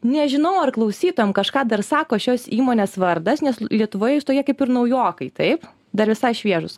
nežinau ar klausytojam kažką dar sako šios įmonės vardas nes l lietuvoje jūs tokie kaip ir naujokai taip dar visai šviežūs